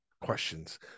questions